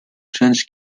cents